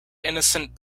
innocent